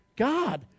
god